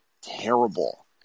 terrible